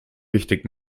wichtig